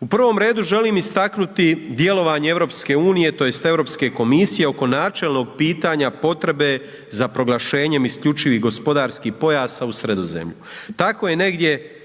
U prvom redu želim istaknuti djelovanje Europske unije tj. Europske komisije oko načelnog pitanja potrebe za proglašenjem isključivih gospodarskih pojasa u Sredozemlju. Tako je negdje